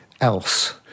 else